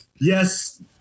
yes